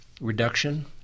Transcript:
reduction